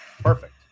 Perfect